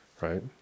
right